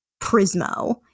Prismo